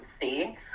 see